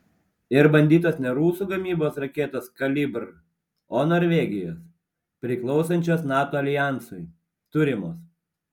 ir bandytos ne rusų gamybos raketos kalibr o norvegijos priklausančios nato aljansui turimos